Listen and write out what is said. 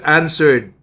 answered